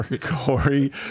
Corey